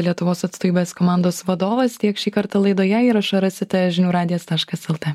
lietuvos atstovybės komandos vadovas tiek šį kartą laidoje įrašą rasite žinių radijas taškas lt